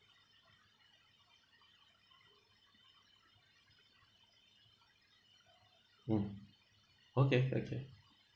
mm okay okay